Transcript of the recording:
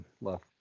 love